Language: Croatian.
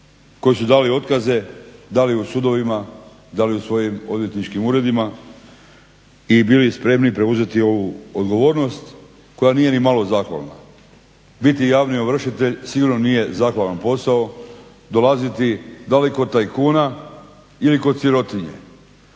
koji su dali otkaze, dali u sudovima, dali u svojim odvjetničkim uredima. I bili spremni preuzeti ovu odgovornost koja nije nimalo zahvalna. Biti javni ovršitelj sigurno nije zahvalan posao, dolaziti daleko od tajkuna ili kod sirotinje.